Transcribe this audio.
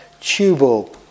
Tubal